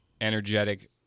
energetic